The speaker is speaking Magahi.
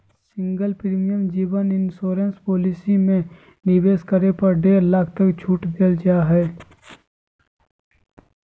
सिंगल प्रीमियम जीवन इंश्योरेंस पॉलिसी में निवेश करे पर डेढ़ लाख तक के छूट देल जा हइ